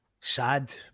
sad